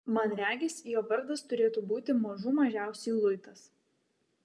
man regis jo vardas turėtų būti mažų mažiausiai luitas